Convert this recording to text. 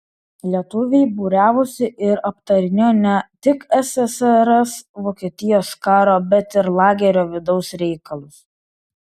lietuviai būriavosi ir aptarinėjo ne tik ssrs vokietijos karo bet ir lagerio vidaus reikalus